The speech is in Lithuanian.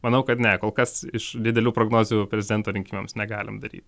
manau kad ne kol kas iš didelių prognozių prezidento rinkimams negalim daryti